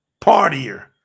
partier